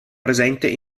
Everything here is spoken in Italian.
presente